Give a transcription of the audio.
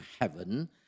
heaven